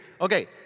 Okay